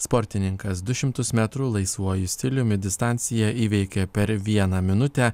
sportininkas du šimtus metrų laisvuoju stiliumi distanciją įveikė per vieną minutę